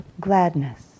gladness